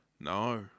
No